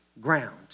ground